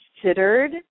considered